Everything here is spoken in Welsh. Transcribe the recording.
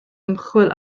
ymchwil